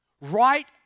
Right